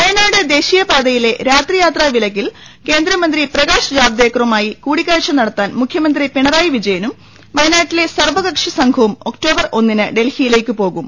വയനാട് ദേശീയപാതയിലെ രാത്രിയാത്രാ വിലക്കിൽ കേന്ദ്ര മന്ത്രി പ്രകാശ് ജാവ്ദേക്കറുമായി കൂടിക്കാഴ്ച നടത്താൻ മുഖ്യ മന്ത്രി പിണറായി വിജയനും വയനാട്ടിലെ സർവ്വകക്ഷി സംഘവും ഒക്ടോബർ ഒന്നിന് ഡൽഹിയിലേക്ക് പോകും